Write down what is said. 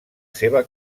seva